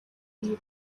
iyi